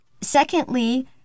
secondly